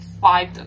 five